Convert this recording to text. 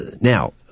Now